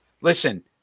Listen